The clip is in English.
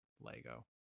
LEGO